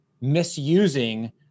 misusing